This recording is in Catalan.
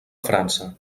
frança